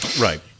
Right